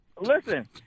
Listen